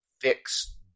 fix